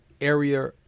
area